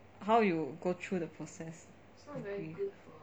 how you go through the process